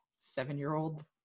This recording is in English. seven-year-old